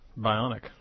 Bionic